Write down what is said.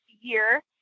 year